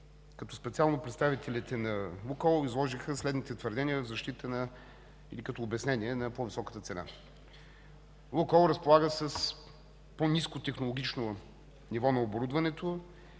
като специално представителите на „Лукойл” изложиха следните твърдения в защита или като обяснение на по-високата цена. „Лукойл” разполага с по-ниско технологично ниво на оборудването